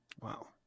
Wow